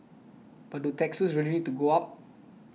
but do taxes really need to go up